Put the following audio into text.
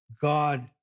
God